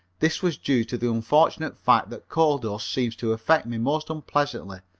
this was due to the unfortunate fact that coal dust seems to affect me most unpleasantly,